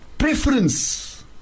Preference